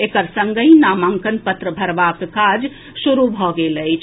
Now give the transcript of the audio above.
एकर संगहि नामांकन पत्र भरबाक काज शुरू भऽ गेल अछि